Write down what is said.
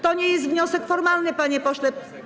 To nie jest wniosek formalny, panie pośle.